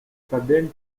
southern